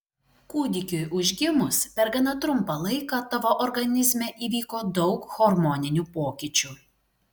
kūdikiui užgimus per gana trumpą laiką tavo organizme įvyko daug hormoninių pokyčių